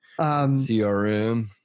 CRM